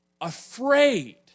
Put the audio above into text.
afraid